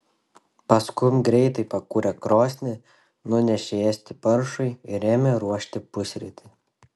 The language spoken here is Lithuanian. paskum greitai pakūrė krosnį nunešė ėsti paršui ir ėmė ruošti pusrytį